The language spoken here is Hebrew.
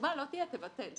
התשובה לא תהיה תבטל,